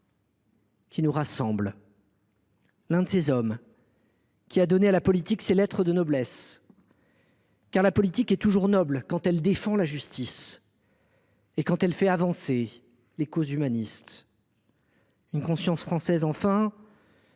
qui nous rassemblent ; l’un de ces hommes qui ont donné à la politique ses lettres de noblesse, car la politique est toujours noble quand elle défend la justice et quand elle fait avancer les causes humanistes. Une conscience française, enfin,